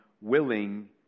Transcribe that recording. willing